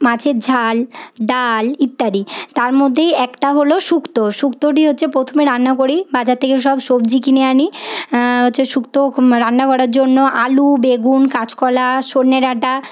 মাছের ঝাল ডাল ইত্যাদি তার মধ্যেই একটা হল শুক্তো শুক্তোটি হচ্ছে প্রথমে রান্না করি বাজার থেকে সব সবজি কিনে আনি হচ্ছে শুক্তো রান্না করার জন্য আলু বেগুন কাঁচকলা সজনে ডাঁটা